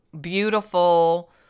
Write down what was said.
beautiful